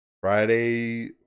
Friday